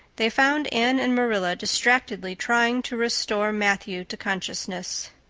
they found anne and marilla distractedly trying to restore matthew to consciousness.